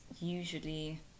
usually